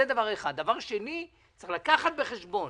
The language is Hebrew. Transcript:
דבר שני, צריך לקחת בחשבון